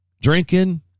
drinking